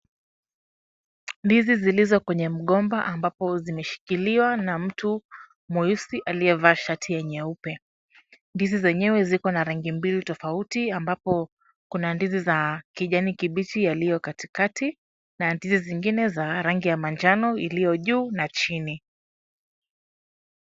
Ndizi zilizo kwenye mgomba ambapo zimeshikiliwa na mtu mweusi aliyevaa shati ya nyeupe. Ndizi zenyewe ziko na rangi mbili tofauti ambapo kuna ndizi za kijani kibichi yaliyo katikati na ndizi zingine za rangi ya manjano iliyo juu na chini.